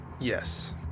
Yes